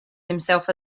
himself